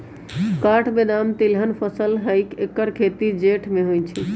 काठ बेदाम तिलहन फसल हई ऐकर खेती जेठ में होइ छइ